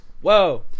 whoa